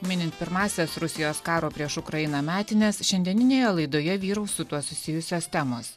minint pirmąsias rusijos karo prieš ukrainą metines šiandieninėje laidoje vyraus su tuo susijusios temos